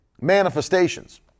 manifestations